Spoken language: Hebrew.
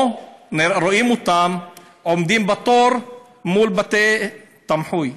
או שרואים אותם עומדים בתור מול בתי תמחוי.